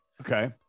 Okay